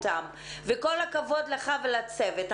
כל הכבוד לך ולצוות.